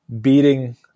beating